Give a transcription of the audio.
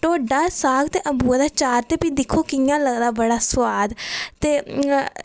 ढोडा साग ते अम्बुआ दा चार ते भी दिक्खो कि'यां लगदा बड़ा सुआद ते